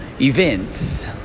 events